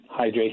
hydration